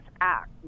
act